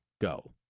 go